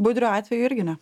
budrio atveju irgi ne